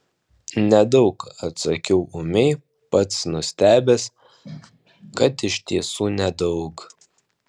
nedaug atsakiau ūmiai pats nustebęs kad iš tiesų nedaug